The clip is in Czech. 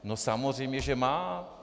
No samozřejmě že má.